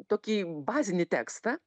tokį bazinį tekstą